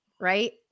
right